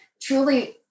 truly